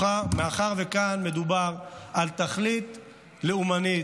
מאחר שכאן מדובר על תכלית לאומנית,